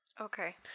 Okay